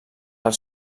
els